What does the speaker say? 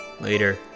later